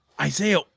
Isaiah